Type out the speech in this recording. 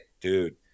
dude